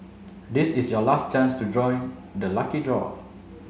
this is your last chance to join the lucky draw